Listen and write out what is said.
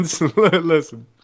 Listen